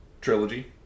trilogy